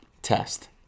Test